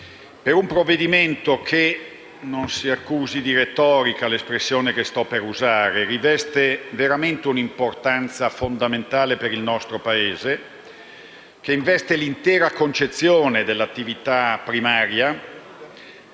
È un provvedimento questo che - senza accusare di retorica l'espressione che sto per usare - riveste davvero una importanza fondamentale per il nostro Paese, che investe l'intera concezione dell'attività primaria,